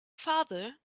father